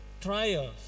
trials